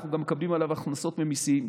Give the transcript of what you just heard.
אנחנו גם מקבלים עליו הכנסות ממיסים,